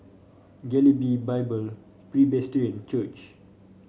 Galilee Bible Presbyterian Church